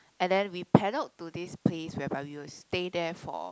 and then we paddled to this place whereby we would stay there for